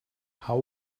how